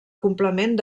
complement